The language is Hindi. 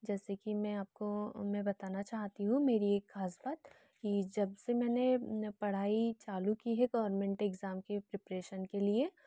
जैसे कि मैं आपको मैं बताना चाहती हूँ मेरी एक ख़ास बात कि जब से मैंने पढ़ाई चालू की है गवर्मेंट इगजाम की प्रीपरेशन के लिए